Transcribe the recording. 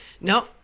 no